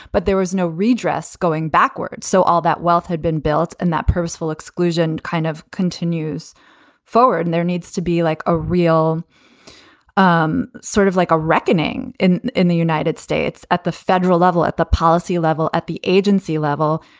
but there was no redress going backwards. so all that wealth had been built and that purposeful exclusion kind of continues forward. and there needs to be like a real um sort of like a reckoning in in the united states at the federal level, at the policy level, at the agency level,